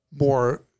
more